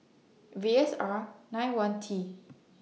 V S R nine one T